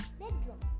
bedroom